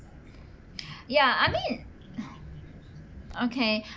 ya I mean okay